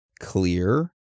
Clear